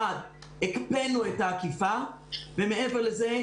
הקפאנו את האכיפה ומעבר לזה,